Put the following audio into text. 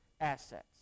assets